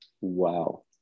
Wow